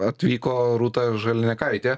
atvyko rūta žalianekaitė